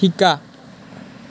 শিকা